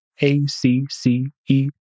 A-C-C-E